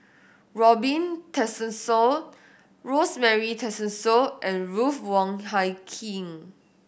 Robin Tessensohn Rosemary Tessensohn and Ruth Wong Hie King